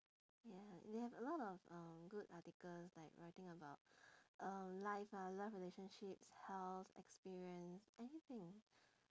ya they have a lot of uh good articles like writing about uh life ah love relationship health experience anything